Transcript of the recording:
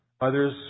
Others